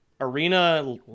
Arena